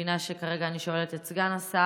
מבינה שכרגע אני שואלת את סגן השר.